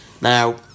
Now